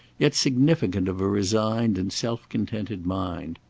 yet significant of a resigned and self-contented mind.